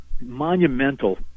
monumental